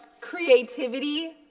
creativity